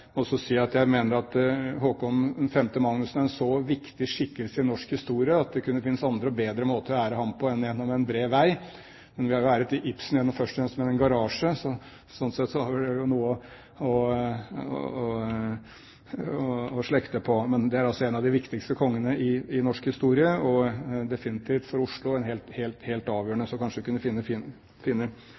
Jeg mener dessuten det kunne finnes andre og bedre måter å ære Håkon 5. Magnusson på – en så viktig skikkelse i norsk historie – enn gjennom en bred vei. Men vi har jo æret Ibsen gjennom først og fremst en garasje, så sånn sett er det vel noe å slekte på. Men dette er altså en av de viktigste kongene i norsk historie, og for Oslo definitivt en helt avgjørende konge, så kanskje vi kunne finne